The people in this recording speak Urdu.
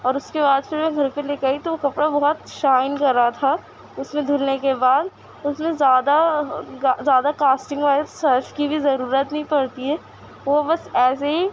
اور اس کے بعد پھر میں گھر پہ لے کے آئی تو وہ کپڑا بہت شائن کر رہا تھا اس میں دھلنے کے بعد اس میں زیادہ زیادہ کاسٹنگ وائٹ صرف کی بھی ضرورت نہیں پڑتی ہے وہ بس ایسے ہی